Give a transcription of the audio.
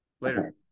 Later